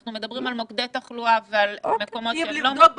אנחנו מדברים על מוקדי תחלואה ועל מקומות שהם לא מוקדי תחלואה.